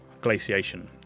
glaciation